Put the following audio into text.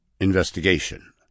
investigation